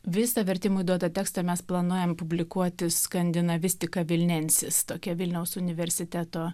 visą vertimui duotą tekstą mes planuojam publikuoti skandinavistika vilnensis tokia vilniaus universiteto